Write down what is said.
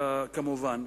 כמובן,